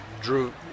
drew